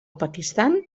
pakistan